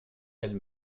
elles